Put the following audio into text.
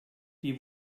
die